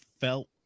felt